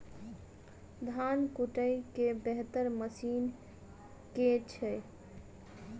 धान कुटय केँ बेहतर मशीन केँ छै?